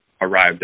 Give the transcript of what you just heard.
arrived